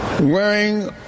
wearing